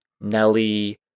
Nelly